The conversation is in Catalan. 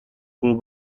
cul